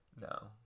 No